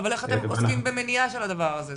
לא, אבל איך אתם עוסקים במניעה של הדבר הזה?